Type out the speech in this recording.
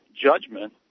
judgment